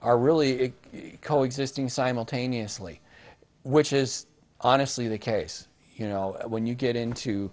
are really co existing simultaneously which is honestly the case you know when you get into